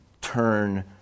turn